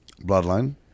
Bloodline